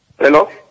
Hello